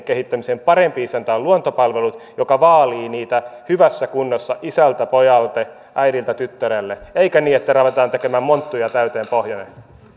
kehittämiseen parempi isäntä on luontopalvelut joka vaalii niitä hyvässä kunnossa isältä pojalle äidiltä tyttärelle eikä niin että ruvetaan tekemään pohjoinen monttuja täyteen